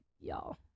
y'all